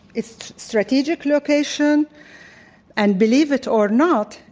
its strategic location and believe it or not,